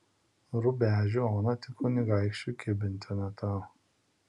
rubežių oną tik kunigaikščiui kibinti o ne tau